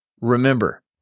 Remember